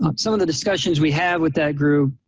um some of the discussions we have with that group